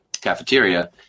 cafeteria